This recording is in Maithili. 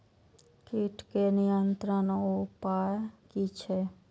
कीटके नियंत्रण उपाय कि छै?